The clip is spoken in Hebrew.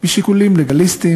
משיקולים לגליסטיים,